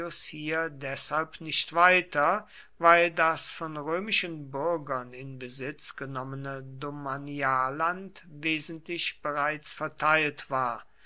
deshalb nicht weiter weil das von römischen bürgern in besitz genommene domanialland wesentlich bereits verteilt war